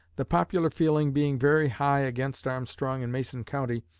the popular feeling being very high against armstrong in mason county,